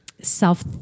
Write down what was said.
self